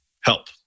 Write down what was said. help